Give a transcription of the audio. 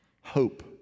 hope